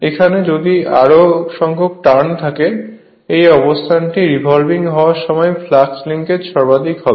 এখানে যদি আরও সংখ্যক টার্ন থাকে এই অবস্থানটিতে রেভলভিং হওয়ার সময় ফ্লাক্স লিঙ্কেজ সর্বাধিক হবে